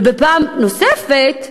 ובפעם נוספת,